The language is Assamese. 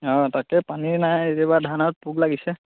অ তাকে পানী নাই এইবাৰ ধানত পোক লাগিছে